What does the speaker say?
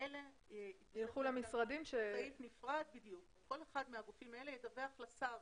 כל אחד מהגופים האלה ידווח לשר